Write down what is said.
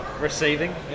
Receiving